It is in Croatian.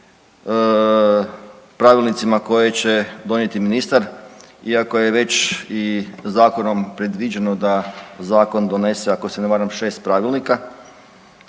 pravilnicima koje će donijeti ministar iako je već i zakonom predviđeno da zakon donese, ako se ne varam, 6 pravilnika.